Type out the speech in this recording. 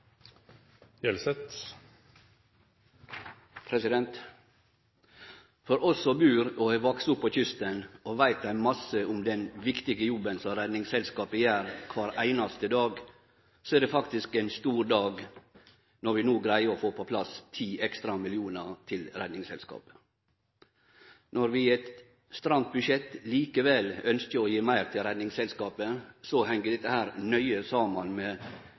For oss som bur og har vakse opp på kysten og veit ein masse om den viktige jobben Redningsselskapet gjer kvar einaste dag, er det faktisk ein stor dag når vi no greier å få på plass ti ekstra millionar til Redningsselskapet. Når vi i eit stramt budsjett likevel ønskjer å gi meir til Redningsselskapet, heng det nøye saman med